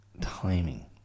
timing